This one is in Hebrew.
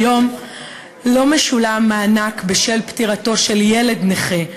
כיום לא משולם מענק בשל פטירתו של ילד נכה,